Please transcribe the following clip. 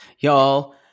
Y'all